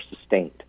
sustained